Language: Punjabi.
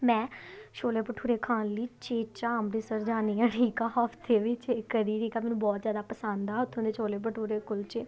ਮੈਂ ਛੋਲੇ ਭਟੂਰੇ ਖਾਣ ਲਈ ਉਚੇਚਾ ਅੰਮ੍ਰਿਤਸਰ ਜਾਂਦੀ ਹਾਂ ਠੀਕ ਆ ਹਫ਼ਤੇ ਵਿੱਚ ਮੈਨੂੰ ਬਹੁਤ ਜ਼ਿਆਦਾ ਪਸੰਦ ਆ ਉੱਥੋਂ ਦੇ ਛੋਲੇ ਭਟੂਰੇ ਕੁਲਚੇ